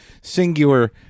singular